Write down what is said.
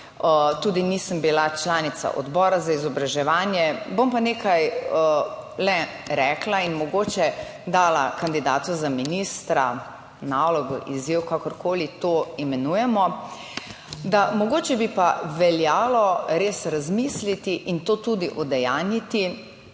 tudi nisem bila članica Odbora za izobraževanje, bom pa nekaj le rekla in mogoče dala kandidatu za ministra nalogo, izziv, kakorkoli to imenujemo, da mogoče bi pa veljalo res razmisliti in to tudi udejanjiti.